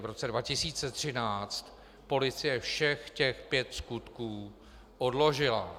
V roce 2013 policie všech těch pět skutků odložila.